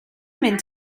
mynd